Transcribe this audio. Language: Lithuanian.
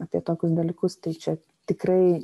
apie tokius dalykus tai čia tikrai